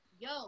yo